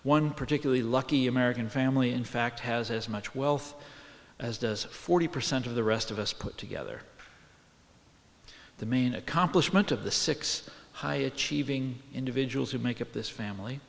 one particularly lucky american family in fact has as much wealth as does forty percent of the rest of us put together the main accomplishment of the six high achieving individuals who make up this family